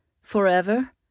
Forever